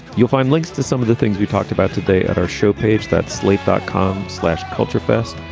you'll find links to some of the things we talked about today at our show page, that slate dot com slash culture fest.